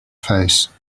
face